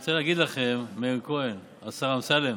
אני רוצה להגיד לכם, מאיר כהן, השר אמסלם,